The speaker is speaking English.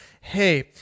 Hey